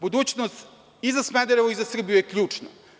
Budućnost i za Smederevo i za Srbiju je ključni.